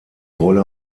rolle